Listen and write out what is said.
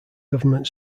government